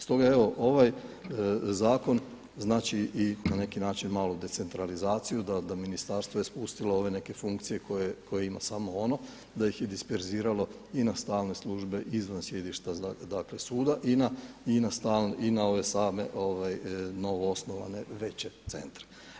Stoga evo ovaj zakon znači na neki način malu decentralizaciju, da ministarstvo je spustilo ove neke funkcije koje ima samo ono, da ih je disperziralo i na stalne službe izvan sjedišta dakle suda i na ove same novo osnovane veće centre.